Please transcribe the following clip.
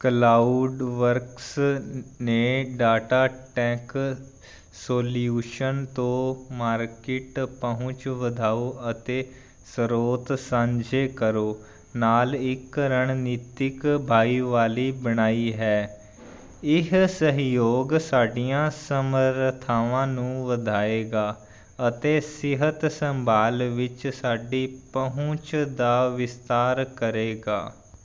Cloudworks ਨੇ DataTech solution ਤੋਂ market ਪਹੁੰਚ ਵਧਾਓ ਅਤੇ ਸਰੋਤ ਸਾਂਝੇ ਕਰੋ ਨਾਲ ਇੱਕ ਰਣਨੀਤਕ ਭਾਈਵਾਲੀ ਬਣਾਈ ਹੈ ਇਹ ਸਹਿਯੋਗ ਸਾਡੀਆਂ ਸਮਰੱਥਾਵਾਂ ਨੂੰ ਵਧਾਏਗਾ ਅਤੇ ਸਿਹਤ ਸੰਭਾਲ ਵਿੱਚ ਸਾਡੀ ਪਹੁੰਚ ਦਾ ਵਿਸਤਾਰ ਕਰੇਗਾ